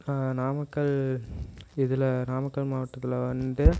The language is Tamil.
நாமக்கல் இதில் நாமக்கல் மாவட்டத்தில் வந்து